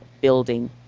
building